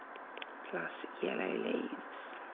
plus yellow leaves.